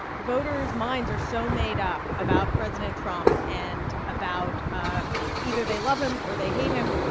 voters' minds are so made up about president trump and about ah either they love him, or they hate him.